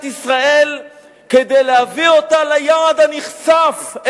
ישראל כדי להביא אותה אל היעד הנכסף,